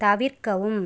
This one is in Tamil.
தவிர்க்கவும்